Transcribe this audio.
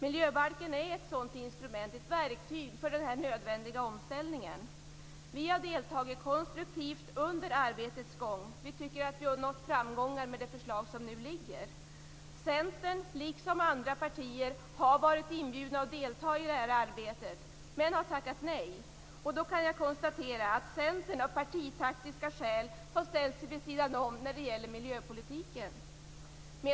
Miljöbalken är ett sådant instrument, ett verktyg för denna nödvändiga omställning. Vi har på ett konstruktivt sätt deltagit under arbetets gång och tycker att vi har nått framgångar med det förslag som nu föreligger. I Centern har man - det gäller också de andra partierna - har varit inbjuden att delta i det här arbetet men man har tackat nej. Jag kan konstatera att Centern av partitaktiska skäl ställt sig vid sidan om när det gäller miljöpolitiken.